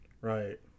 Right